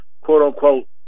quote-unquote